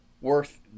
worth